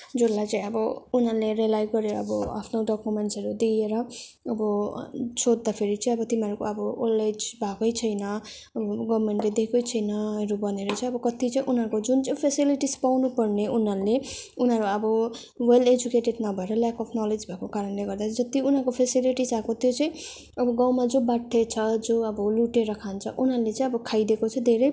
जसलाई चाहिँ अब उनाीहरूले रिलाइ गरे अब आफ्नो डकुमेन्ट्सहरू दिएर अब सोद्धा फेरि चाहिँ अब तिमीहरूको ओल्ड एज भएको छैन गभर्मेन्टले दिएको छैनहरू भनेर चाहिँ अब कति चाहिँ उनीहरूको जुन चाहिँ फेसिललिटिज पाउनु पर्ने उनीहरूले उनीहरू अब वेल एजुकेटेड नभएर ल्याक अब् नलेज भएको कारणले गर्दा चाहिँ त्यो उनीहरूको फेसेलिटिज आएको त्यो चाहिँ अब गाउँमा चाहिँ जो बाठो अब लुटेर खान्छ उनीहरूले चाहिँ अब खाइदिएको चाहिँ धेरै